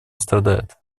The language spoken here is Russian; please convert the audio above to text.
страдают